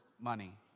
money